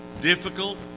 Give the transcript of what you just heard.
difficult